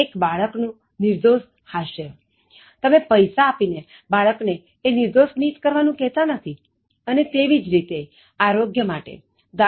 એક બાળક નું નિર્દોષ હાસ્ય તમે પૈસા આપીને બાળક ને એ નિર્દોષ સ્મિત કરવાનું કહેતા નથી અને તેવી જ રીતે આરોગ્ય માટે દા